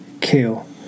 kill